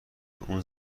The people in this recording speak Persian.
اون